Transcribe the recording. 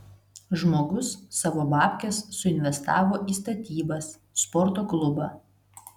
žmogus savo babkes suinvestavo į statybas sporto klubą